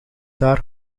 daar